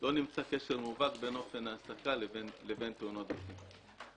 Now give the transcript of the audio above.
לא נמצא קשר מובהק בין אופן ההעסקה לבין תאונות דרכים.